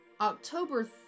October